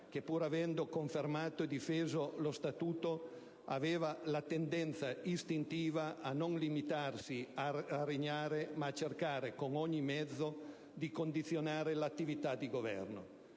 che, pur avendo confermato e difeso lo Statuto, aveva la tendenza istintiva a non limitarsi a regnare, ma a cercare con ogni mezzo di condizionare l'attività di governo.